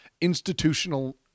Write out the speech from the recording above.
institutional